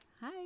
Hi